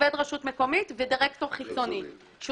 עובד רשות מקומית ודירקטור חיצוני שהוא